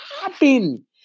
happen